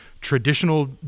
traditional